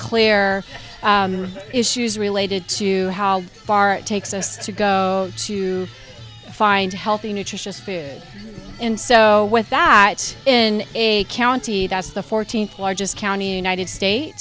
clear issues related to how far it takes us to go to find healthy nutritious food and so with that in a county that's the fourteenth largest county united state